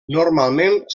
normalment